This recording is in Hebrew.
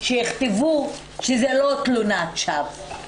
שיכתבו שזו לא תלונת שווא.